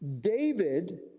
David